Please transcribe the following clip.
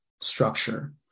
structure